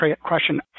question